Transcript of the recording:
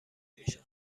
میشن